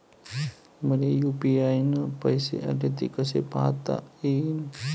मले यू.पी.आय न पैसे आले, ते कसे पायता येईन?